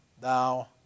thou